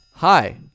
Hi